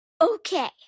Okay